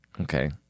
Okay